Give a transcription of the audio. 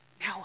now